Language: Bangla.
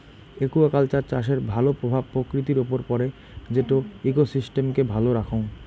একুয়াকালচার চাষের ভাল প্রভাব প্রকৃতির উপর পড়ে যেটো ইকোসিস্টেমকে ভালো রাখঙ